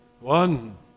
one